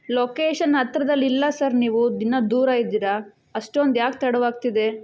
location ಹತ್ರದಲ್ಲಿ ಇಲ್ಲ sir ನೀವು ಇನ್ನು ದೂರ ಇದ್ದೀರಾ ಅಷ್ಟೊಂದು ಯಾಕೆ ತಡವಾಗ್ತಿದೆ